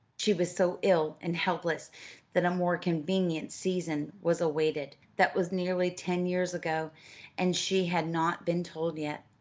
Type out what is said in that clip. she was so ill and helpless that a more convenient season was awaited. that was nearly ten years ago and she had not been told yet.